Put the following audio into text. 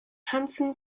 hanson